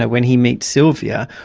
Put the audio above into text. ah when he meets sylvia,